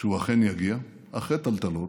שהוא אכן יגיע, אחרי טלטלות,